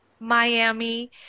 Miami